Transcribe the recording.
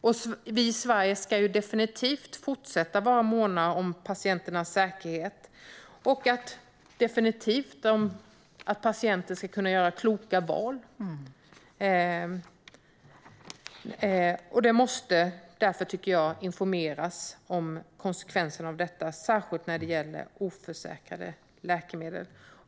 Och vi i Sverige ska ju definitivt vara måna om patienternas säkerhet och att de ska kunna göra kloka val. Det måste därför, tycker jag, informeras om konsekvenserna av oförsäkrade läkemedel.